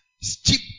steep